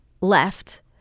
left